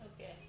okay